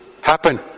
happen